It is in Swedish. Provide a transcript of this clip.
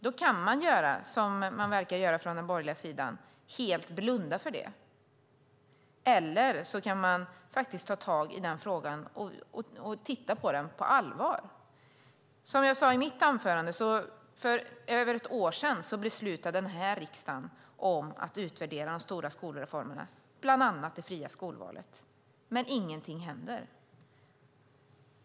Det kan man helt blunda för, vilket den borgerliga sidan verkar göra, eller också kan man ta tag i den frågan och titta på den på allvar. Som jag sade i mitt anförande beslutade den här riksdagen för över ett år sedan att utvärdera de stora skolreformerna, bland annat det fria skolvalet, men ingenting händer.